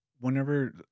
whenever